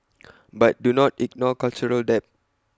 but do not ignore cultural debt